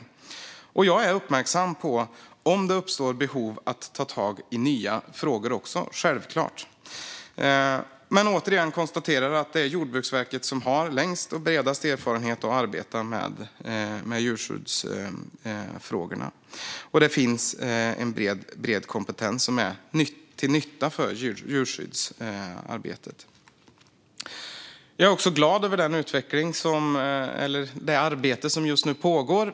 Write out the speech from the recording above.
Jag är självklart uppmärksam på om det uppstår behov av att även ta tag i nya frågor. Jag konstaterar återigen att det är Jordbruksverket som har längst och bredast erfarenhet av att arbeta med djurskyddsfrågorna. Där finns en bred kompetens som är till nytta för djurskyddsarbetet. Jag är också glad över det arbete som just nu pågår inom Europeiska unionen.